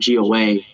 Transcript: goa